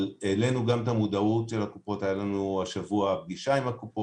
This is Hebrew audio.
אבל העלינו גם את המודעות של הקופות הייתה לנו השבוע פגישה עם הקופות,